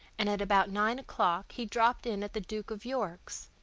and at about nine o'clock he dropped in at the duke of york's.